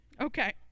Okay